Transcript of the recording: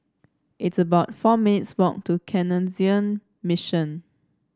it's about four minutes' walk to Canossian Mission